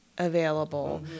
available